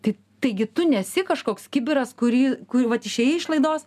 tai taigi tu nesi kažkoks kibiras kurį vat išėjai iš laidos